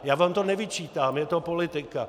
Já vám to nevyčítám, je to politika.